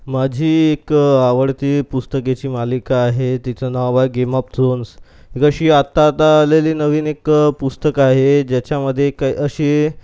माझी एक आवडती पुस्तकेची मालिका आहे तिचं नाव आहे गेम ऑफ झोन्स जशी आत्ता आत्ता आलेली नवीन एक पुस्तक आहे ज्याच्यामधे एक ए अशी